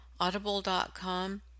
Audible.com